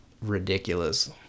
ridiculous